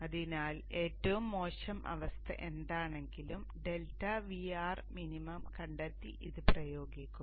അതിനാൽ ഏറ്റവും മോശം അവസ്ഥ എന്താണെങ്കിലും ഡെൽറ്റ Vrmin കണ്ടെത്തി ഇത് പ്രയോഗിക്കുക